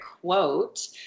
quote